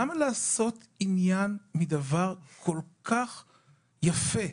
למה לעשות עניין מדבר כל כך יפה,